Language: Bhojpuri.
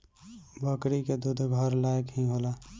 बकरी के दूध घर लायक ही होला